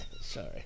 sorry